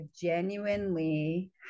genuinely